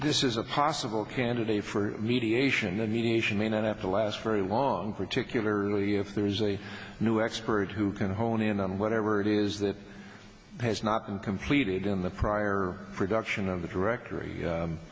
this is a possible candidate for mediation the mediation may not have to last very long particularly if there is a new expert who can hone in on whatever it is that has not been completed in the prior production of the directory